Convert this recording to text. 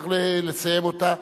וצריך לסיים אותה.